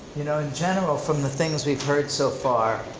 you know in general, from the things we've heard so far,